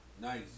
nice